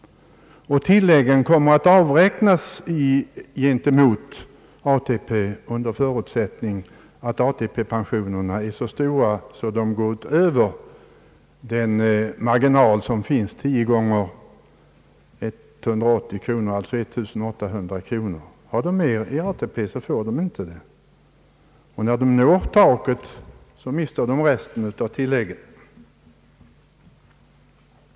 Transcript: Tilläggen kommer att avräknas gentemot ATP under förutsättning att dessa pensioner är så stora att de överstiger den marginal som finns, 10 gånger 180 alltså 1 800 kronor. Har de mer från ATP får de inget ytterligare. När de når taket mister de resten av tilläggen.